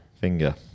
Finger